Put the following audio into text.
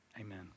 amen